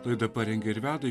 laidą parengė ir veda